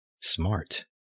smart